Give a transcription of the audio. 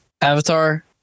Avatar